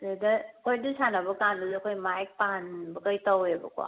ꯑꯗꯨꯗ ꯈ꯭ꯋꯥꯏꯗꯒꯤ ꯁꯥꯟꯅꯕꯀꯥꯟꯗꯨꯗ ꯑꯩꯈꯣꯏ ꯃꯥꯏꯛ ꯄꯥꯟꯕꯒ ꯇꯧꯋꯦꯕꯀꯣ